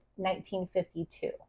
1952